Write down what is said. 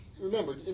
remember